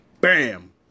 Bam